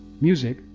Music